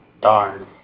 Darn